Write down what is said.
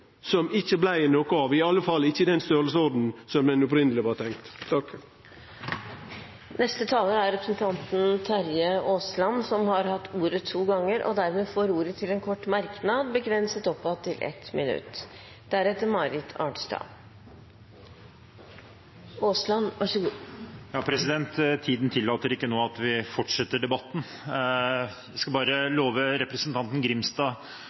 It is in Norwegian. som ikkje blei noko av – i alle fall ikkje i den storleiken som det opphavleg var tenkt. Representanten Terje Aasland har hatt ordet to ganger tidligere og får ordet til en kort merknad, begrenset til 1 minutt. Tiden tillater ikke nå at vi fortsetter debatten. Jeg skal bare love representanten Grimstad